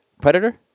Predator